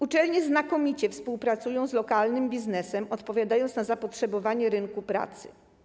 Uczelnie znakomicie współpracują z lokalnym biznesem, odpowiadając na zapotrzebowanie rynku pracy.